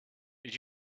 did